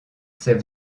ses